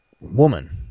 woman